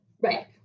Right